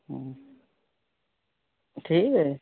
ହୁଁ ଠିକ୍ ଯେ